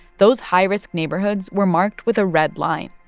those high-risk neighborhoods were marked with a red line.